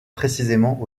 précisément